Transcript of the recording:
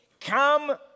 come